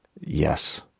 yes